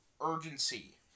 urgency